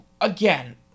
again